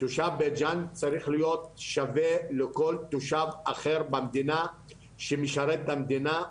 תושב בית ג'ן צריך להיות שווה לכל תושב אחר במדינה שמשרת את המדינה,